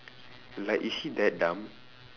like is she that dumb